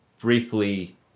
briefly